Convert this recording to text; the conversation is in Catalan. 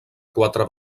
quatre